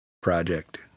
project